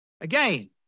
again